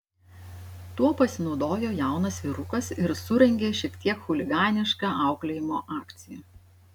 tuo pasinaudojo jaunas vyrukas ir surengė šiek tiek chuliganišką auklėjimo akciją